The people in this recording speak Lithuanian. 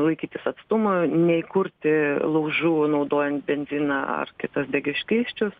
laikytis atstumo nei kurti laužų naudojant benziną ar kitas degius skysčius